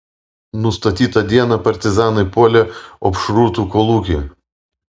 nustatytą dieną partizanai puolė opšrūtų kolūkį